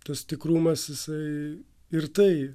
tas tikrumas jisai ir tai